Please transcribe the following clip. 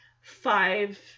five